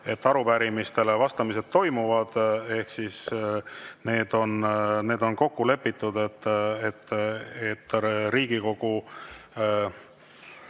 et arupärimistele vastamised toimuvad. Ehk siis need on kokku lepitud, Riigikogu